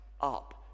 up